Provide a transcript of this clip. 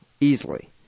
easily